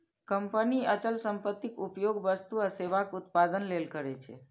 company अचल संपत्तिक उपयोग वस्तु आ सेवाक उत्पादन लेल करै छै